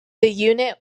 unit